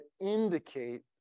indicate